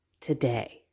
today